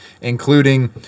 including